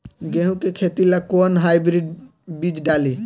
गेहूं के खेती ला कोवन हाइब्रिड बीज डाली?